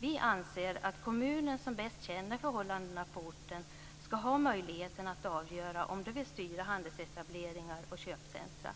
Vi anser att kommunen, som bäst känner förhållandena på orten, ska ha möjligheten att avgöra om de vill styra handelsetableringar och köpcentrum.